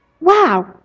Wow